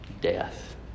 death